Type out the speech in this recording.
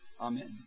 Amen